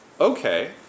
okay